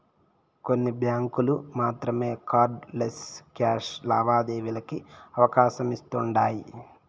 కొన్ని బ్యాంకులు మాత్రమే కార్డ్ లెస్ క్యాష్ లావాదేవీలకి అవకాశమిస్తుండాయ్